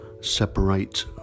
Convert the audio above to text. Separate